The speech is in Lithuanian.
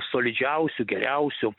solidžiausių geriausių